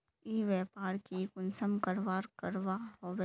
ई व्यापार की कुंसम करवार करवा होचे?